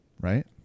right